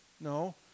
No